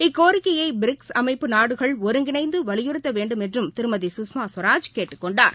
இக்கோரிக்கையை பிரிக்ஸ் அமைப்பு நாடுகள் ஒருங்கிணைந்து வலியுறுத்த வேண்டுமென்றும் திருமதி சுஷ்மா ஸ்வராஜ் கேட்டுக் கொண்டார்